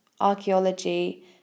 archaeology